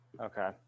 okay